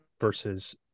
versus